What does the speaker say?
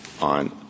on